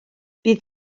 bydd